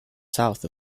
south